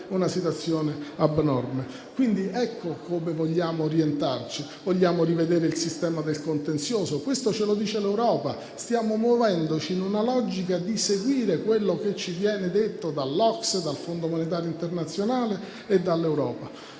Ecco come vogliamo orientarci: vogliamo rivedere il sistema del contenzioso. Questo ce lo dice l'Europa; ci stiamo muovendo nella logica di seguire quello che ci viene detto dall'OCSE, dal Fondo monetario internazionale e dall'Europa.